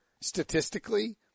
statistically